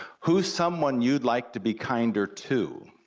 who's someone you'd like to be kinder to?